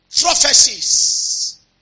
prophecies